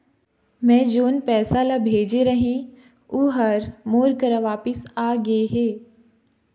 मै जोन पैसा ला भेजे रहें, ऊ हर मोर करा वापिस आ गे हे